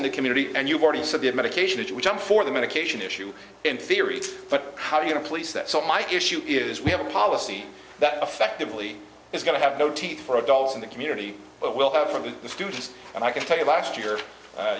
in the community and you've already said the ad medication which which i'm for the medication issue in theory but how do you know police that so my issue is we have a policy that effectively is going to have no teeth for adults in the community what will happen to the students and i can tell you last year